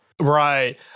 right